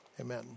Amen